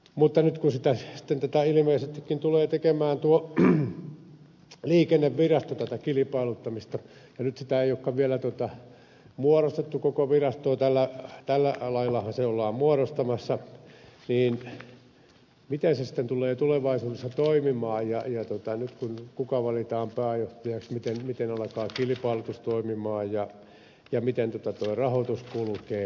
mutta nyt kun ilmeisestikin tulee tekemään tuo liikennevirasto tätä kilpailuttamista ja nyt sitä ei olekaan vielä muodostettu koko virastoa tällä laillahan sitä ollaan muodostamassa niin miten se sitten tulee tulevaisuudessa toimimaan ja kuka valitaan pääjohtajaksi miten alkaa kilpailutus toimia miten rahoitus kulkee